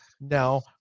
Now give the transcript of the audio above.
now